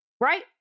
Right